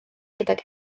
gydag